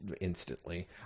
instantly